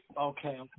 okay